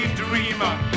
dreamer